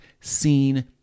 seen